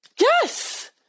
Yes